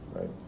right